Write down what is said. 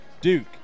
Duke